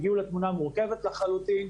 והגיעו לתמונה מורכבת לחלוטין.